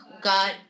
God